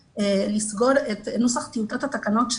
נסגור את נוסח טיוטת התקנות.